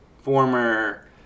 former